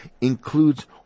includes